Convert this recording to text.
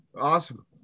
Awesome